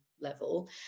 level